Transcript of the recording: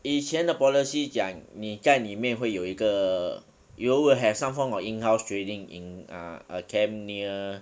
以前的 policy 讲你在里面会有一个 you will have some form of in house training in err a camp near